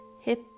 hip